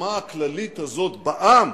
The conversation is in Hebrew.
מההסכמה הכללית הזאת בעם